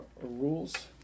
rules